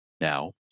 Now